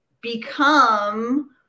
become